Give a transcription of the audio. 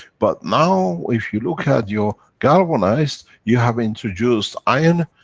but now, if you look at your galvanized, you have introduced iron,